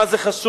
מה זה חשוב?